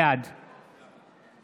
בעד